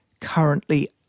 currently